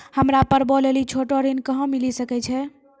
हमरा पर्वो लेली छोटो ऋण कहां मिली सकै छै?